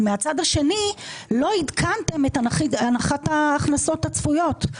ומצד שני לא עדכנתם את הנחת ההכנסות הצפויות.